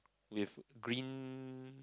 with green